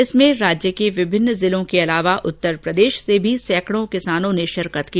इसमें राज्य के विभिन्न जिलों के अलावा उत्तरप्रदेश से भी सैंकड़ों किसानों ने शिरकत की